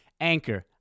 Anchor